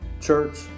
Church